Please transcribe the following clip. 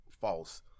false